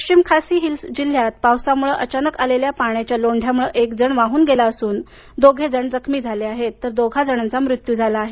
पश्चिम खासी हिल्स जिल्ह्यात पावसामुळे अचानक आलेल्या पाण्याच्या लोंढ्यामुळे एक जण वाहून गेला असून दोघे जण जखमी झाली आहेत तर दोघा जणांचा मृत्यू झाला आहे